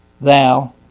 thou